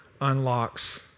unlocks